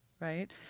right